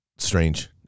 strange